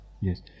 yes